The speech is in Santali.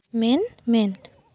ᱢᱮᱫ ᱢᱮᱫ